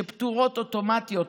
שפטורות אוטומטית,